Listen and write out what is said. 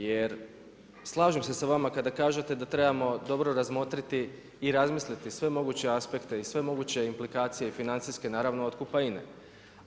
Jer slažem se sa vama kada kažete da trebamo dobro razmotriti i razmisliti sve moguće aspekte i sve moguće implikacije i financijske naravno otkupa INA-e.